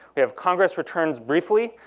we have congress returns briefly,